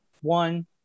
one